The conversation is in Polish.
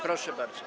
Proszę bardzo.